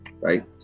right